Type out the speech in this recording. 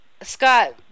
Scott